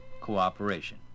cooperation